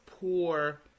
poor